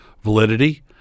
validity